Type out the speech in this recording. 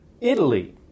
Italy